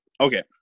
Okay